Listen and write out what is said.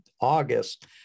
August